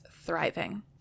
thriving